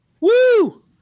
Woo